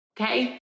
Okay